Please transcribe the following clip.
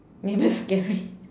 maybe scary